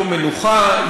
יום מנוחה,